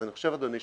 אז אני חושב אדוני,